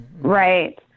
Right